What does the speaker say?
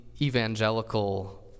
evangelical